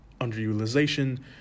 underutilization